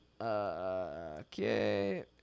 Okay